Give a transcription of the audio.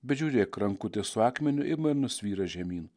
bet žiūrėk rankutė su akmeniu ima ir nusvyra žemyn